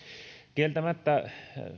kieltämättä